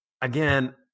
again